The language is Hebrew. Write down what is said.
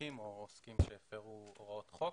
ספקים או עוסקים שהפרו הוראות חוק,